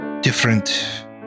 different